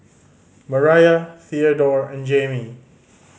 Mariah Theadore and Jamey